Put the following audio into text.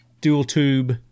dual-tube